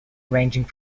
ranging